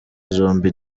zombi